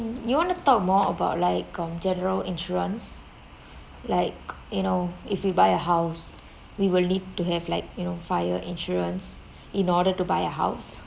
you want to talk more about like um general insurance like you know if you buy a house we will need to have like you know fire insurance in order to buy a house